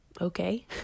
okay